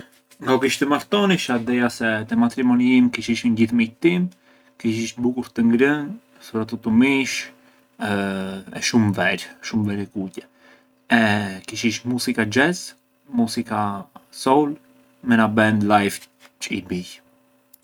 Na u kish të martonisha, te matrimoni jim kish ishën gjith miqet timë, kish ish bukur të ngrënë, sopratutu mishë, e shumë verë, shumë verë e kuqe e kish ishë muzika jazz, muzika soul me na band live çë i bijë.